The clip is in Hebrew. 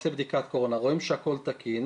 רואים שהכול תקין,